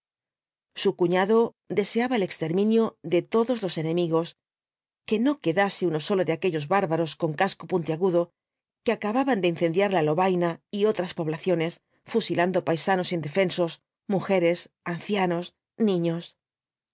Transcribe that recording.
su cuñado deseaba el exterminio de todos los enemigos que no quedase uno solo de aquellos bárbaros con casco puntiagudo que acababan de incendiar á lovaina y otras poblaciones fusilando paisanos indefensos mujeres ancianos niños